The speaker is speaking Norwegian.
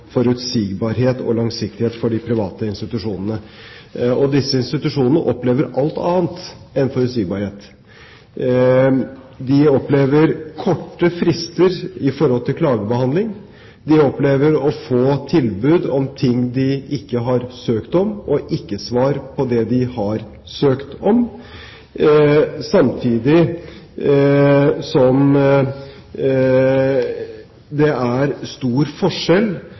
forutsigbarhet og langsiktighet for de private institusjonene. Disse institusjonene opplever alt annet enn forutsigbarhet. De opplever korte frister når det gjelder klagebehandling. De opplever å få tilbud om ting de ikke har søkt om, og ikke svar på det de har søkt om, samtidig som det er stor forskjell